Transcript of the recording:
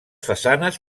façanes